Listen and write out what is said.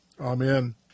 Amen